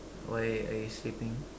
why are you sleeping